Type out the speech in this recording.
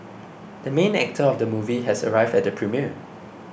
the main actor of the movie has arrived at the premiere